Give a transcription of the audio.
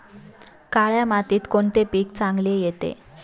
काळ्या मातीत कोणते पीक चांगले येते?